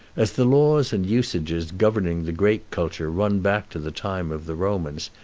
as the laws and usages governing the grape culture run back to the time of the romans,